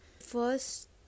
first